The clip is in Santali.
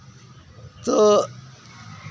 ᱛᱳ